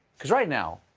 because right now,